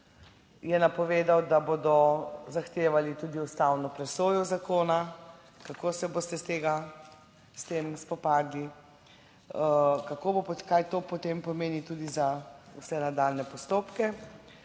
je napovedal, da bodo zahtevali tudi ustavno presojo zakona. Kako se boste iz tega s tem spopadli? Kako bo, kaj to potem pomeni tudi za vse nadaljnje postopke?